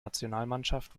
nationalmannschaft